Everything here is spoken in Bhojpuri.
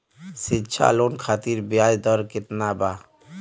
शिक्षा लोन खातिर ब्याज दर केतना बा?